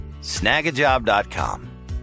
snagajob.com